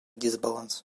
дисбаланс